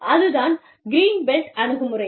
அதுதான் கிரீன்ஃபீல்ட் அணுகுமுறை